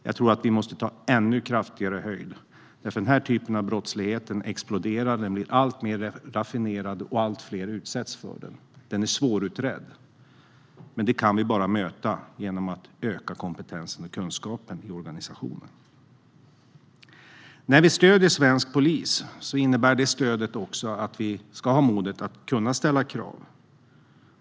Jag tror att vi måste ta ännu större höjd, för den här typen av brottslighet exploderar. Den blir alltmer raffinerad, och allt fler utsätts för den. Den är svårutredd. Det kan vi bara möta genom att öka kompetensen och kunskapen i organisationen. När vi stöder svensk polis innebär det stödet att vi också ska ha modet att ställa krav.